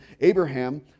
Abraham